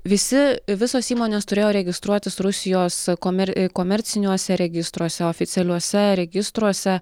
visi visos įmonės turėjo registruotis rusijos komer komerciniuose registruose oficialiuose registruose